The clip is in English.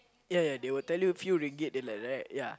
ya ya they will tell you few ringgit then like that right ya